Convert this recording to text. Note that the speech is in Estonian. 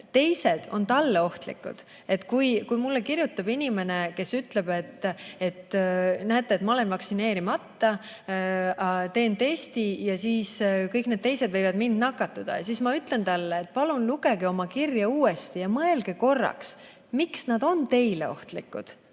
teised on talle ohtlikud. Kui mulle kirjutab inimene, kes ütleb, et näete, ma olen vaktsineerimata, teen testi, aga kõik need teised võivad mind nakatada, siis ma ütlen talle, et palun lugege oma kirja uuesti ja mõelge korraks, miks nad on teile ohtlikud.